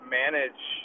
manage